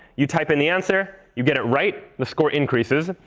you type in the answer. you get it right, the score increases.